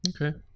Okay